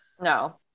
No